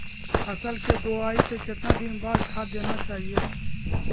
फसल के बोआई के कितना दिन बाद खाद देना चाइए?